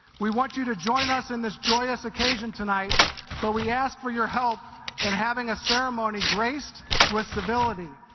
we want you to join us in this joyous occasion tonight but we ask for your help in having a ceremony graced with civility.